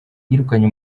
yirukanye